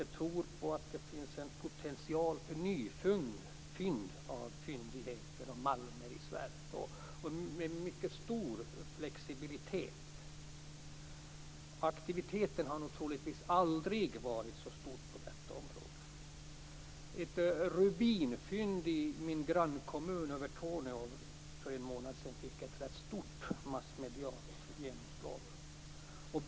De tror att det finns en potential för att komma på nya svenska malmfyndigheter med en mycket stor flexibilitet. Aktiviteten har troligtvis aldrig tidigare varit så stor på detta område. Ett rubinfynd för en månad sedan i min hemkommuns grannkommun Övertorneå fick ett rätt stort massmedialt genomslag.